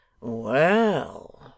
Well